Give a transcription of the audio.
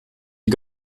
die